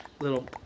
little